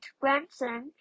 grandson